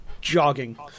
jogging